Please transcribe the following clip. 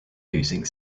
losing